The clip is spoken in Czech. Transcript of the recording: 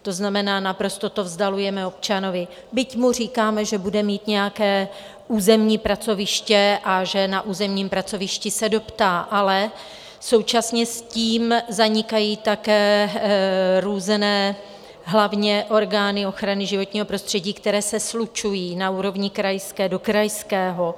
To znamená, naprosto to vzdalujeme občanovi, byť mu říkáme, že bude mít nějaké územní pracoviště a že na územním pracovišti se doptá, ale současně s tím zanikají také různé orgány, hlavně ochrany životního prostředí, které se slučují na úrovni krajské do krajského.